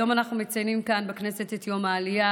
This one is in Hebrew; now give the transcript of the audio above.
היום אנחנו מציינים כאן בכנסת את יום העלייה,